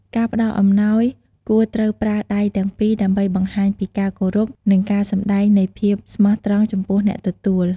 ការផ្តល់អំណោយគួរត្រូវប្រើដៃទាំងពីរដើម្បីបង្ហាញពីការគោរព និងការសំដែងនៃភាពស្មោះត្រង់ចំពោះអ្នកទទួល។